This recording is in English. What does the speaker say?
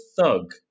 thug